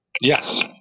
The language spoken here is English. Yes